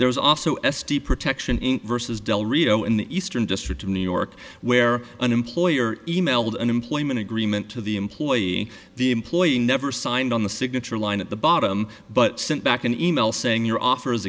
there was also s t protection inc versus del rio in the eastern district of new york where an employer e mailed an employment agreement to the employee the employee never signed on the signature line at the bottom but sent back an e mail saying your offer